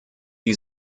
die